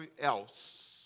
else